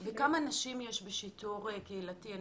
וכמה נשים יש בשיטות קהילתי?